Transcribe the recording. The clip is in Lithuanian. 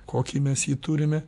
kokį mes jį turime